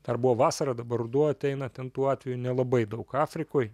dar buvo vasara dabar ruduo ateina ten tų atvejų nelabai daug afrikoj